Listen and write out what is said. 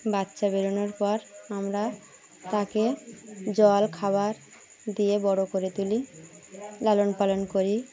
বাচ্চা বেরনোর পর আমরা তাকে জল খাবার দিয়ে বড় করে তুলি লালন পালন করি